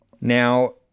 Now